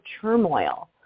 turmoil